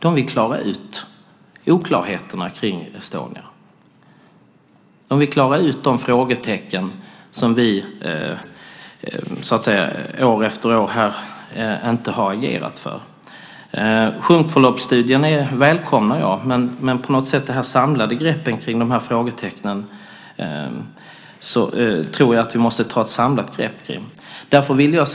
De vill klara ut oklarheterna om Estonia. De vill klara ut de frågetecken som vi år efter år inte har agerat för. Jag välkomnar sjunkförloppsstudien. Men jag tror att vi måste ta ett samlat grepp om dessa frågetecken.